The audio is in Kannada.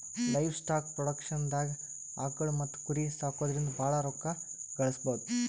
ಲೈವಸ್ಟಾಕ್ ಪ್ರೊಡಕ್ಷನ್ದಾಗ್ ಆಕುಳ್ ಮತ್ತ್ ಕುರಿ ಸಾಕೊದ್ರಿಂದ ಭಾಳ್ ರೋಕ್ಕಾ ಗಳಿಸ್ಬಹುದು